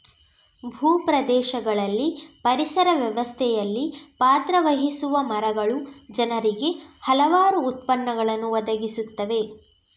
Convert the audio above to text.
ಭೂ ಪ್ರದೇಶಗಳಲ್ಲಿ ಪರಿಸರ ವ್ಯವಸ್ಥೆಯಲ್ಲಿ ಪಾತ್ರ ವಹಿಸುವ ಮರಗಳು ಜನರಿಗೆ ಹಲವಾರು ಉತ್ಪನ್ನಗಳನ್ನು ಒದಗಿಸುತ್ತವೆ